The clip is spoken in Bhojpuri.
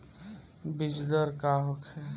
बीजदर का होखे?